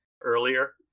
earlier